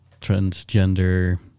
transgender